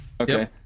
okay